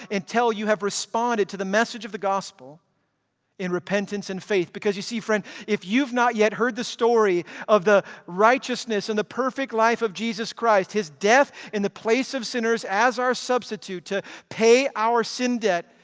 until you have responded to the message of the gospel in repentance and faith, because you see friend if you've not yet heard the story of the righteousness and the perfect life of jesus christ. his death in the place of sinners as our substitute to pay our sin debt,